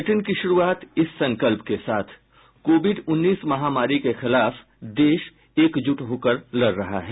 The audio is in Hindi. बुलेटिन की शुरूआत इस संकल्प के साथ कोविड उन्नीस महामारी के खिलाफ देश एकजुट होकर लड़ रहा है